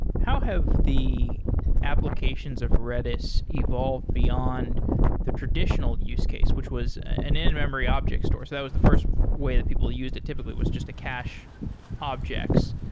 how have the applications of redis evolved beyond the traditional use case, which was an in-memory object store? so that was the first way that people used it typically, was just to cache objects.